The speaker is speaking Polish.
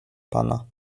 pana